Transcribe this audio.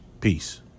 Peace